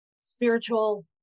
spiritual